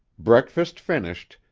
breakfast finished,